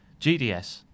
GDS